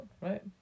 Right